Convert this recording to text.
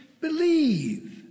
Believe